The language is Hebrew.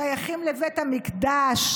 שייכים לבית המקדש.